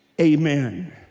amen